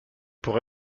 pour